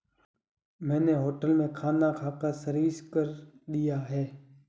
मैंने होटल में खाना खाकर सर्विस कर दिया है